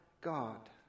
God